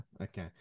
okay